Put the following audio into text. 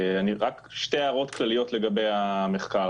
שתי הערות כלליות לגבי המחקר.